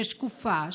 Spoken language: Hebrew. ששקופה,